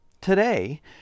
Today